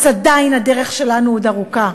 אז עדיין הדרך שלנו ארוכה.